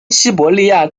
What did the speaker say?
西伯利亚